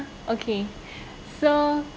okay so